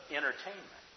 entertainment